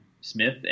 Smith